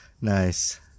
Nice